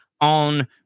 on